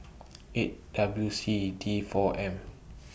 eight W C D four M